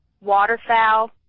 waterfowl